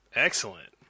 Excellent